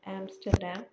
Amsterdam